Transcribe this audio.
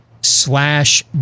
slash